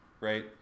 right